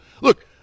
look